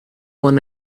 want